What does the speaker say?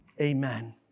amen